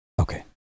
okay